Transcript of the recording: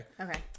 Okay